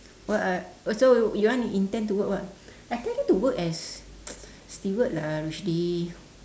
what are oh so you want to intend to work what I tell you to work as steward lah rushdi